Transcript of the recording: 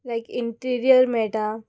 लायक interior मेळटा